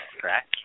correct